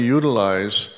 utilize